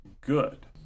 good